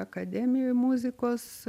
akademijoj muzikos